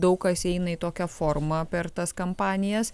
daug kas eina į tokią formą per tas kampanijas